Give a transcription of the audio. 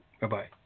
Bye-bye